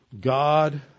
God